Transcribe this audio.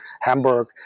Hamburg